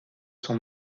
sont